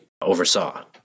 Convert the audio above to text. oversaw